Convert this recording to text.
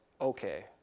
okay